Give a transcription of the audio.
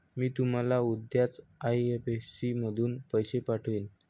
मी तुम्हाला उद्याच आई.एफ.एस.सी मधून पैसे पाठवीन